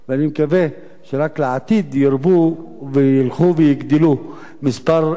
אני מקווה שגם בעתיד ירבו וילכו ויגדלו המספרים של